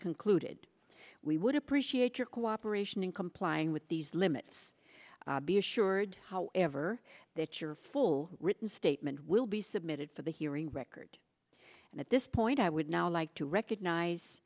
concluded we would appreciate your cooperation in complying with these limits be assured however that your full written statement will be submitted for the hearing record and at this point i would now like to recognize